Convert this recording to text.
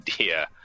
idea